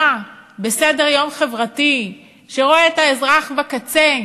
בסדר-יום חברתי שרואה את האזרח בקצה.